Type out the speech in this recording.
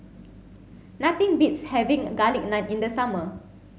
nothing beats having garlic naan in the summer